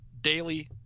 daily